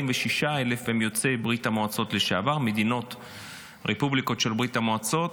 46,000 הם יוצאי ברית המועצות לשעבר ורפובליקות של ברית המועצות.